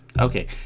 Okay